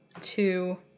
two